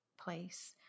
place